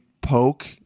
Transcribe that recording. poke